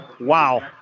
Wow